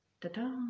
Ta-da